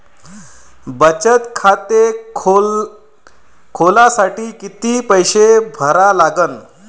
बचत खाते खोलासाठी किती पैसे भरा लागन?